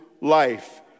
life